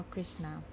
Krishna